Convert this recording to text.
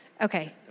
Okay